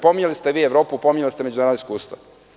Pominjali ste vi Evropu, pominjali ste međunarodna iskustva.